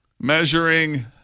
measuring